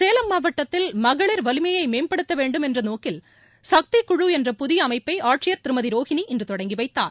சேலம் மாவட்டத்தில் மகளிர் வலிமையை மேம்படுத்த வேண்டும் என்ற நோக்கில் சக்தி குழு என்ற புதிய அமைப்பை ஆட்சியர் திருமதி ரோஹினி இன்று தொடங்கி வைத்தார்